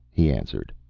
he answered.